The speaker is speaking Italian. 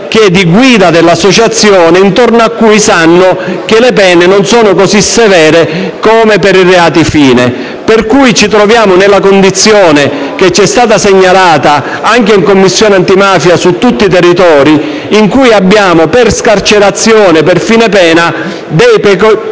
che è di guida dell'associazione, intorno a cui sanno che le pene non sono così severe come per i reati fine. Ci troviamo pertanto nella condizione, che ci è stata segnalata anche in Commissione antimafia, su tutti i territori per cui, per scarcerazione per fine pena, abbiamo